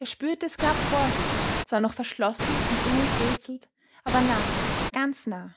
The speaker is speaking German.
er spürte es knapp vor sich zwar noch verschlossen und unenträtselt aber nah ganz nah